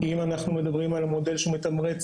אם אנחנו מדברים על מודל שהוא מתמרץ